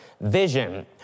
vision